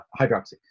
hydroxy